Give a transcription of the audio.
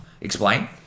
Explain